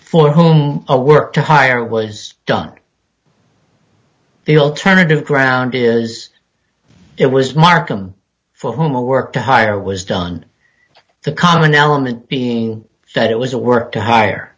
for whom a work to hire was done the alternative ground is it was markham for whom a work to hire was done the common element being that it was a work to hire